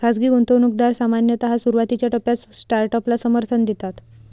खाजगी गुंतवणूकदार सामान्यतः सुरुवातीच्या टप्प्यात स्टार्टअपला समर्थन देतात